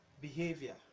behavior